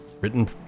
Written